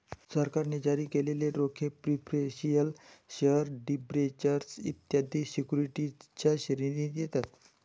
सरकारने जारी केलेले रोखे प्रिफरेंशियल शेअर डिबेंचर्स इत्यादी सिक्युरिटीजच्या श्रेणीत येतात